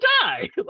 die